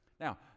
Now